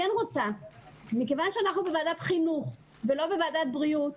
אנחנו בוועדת החינוך ולא בוועדת הבריאות.